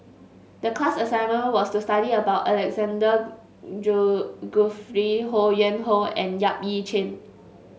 the class assignment was to study about Alexander Guthrie Ho Yuen Hoe and Yap Ee Chian